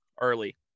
early